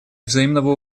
взаимного